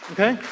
Okay